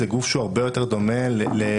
זה גוף שהוא הרבה יותר דומה למשרד